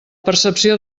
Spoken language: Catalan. percepció